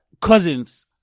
cousins